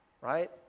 right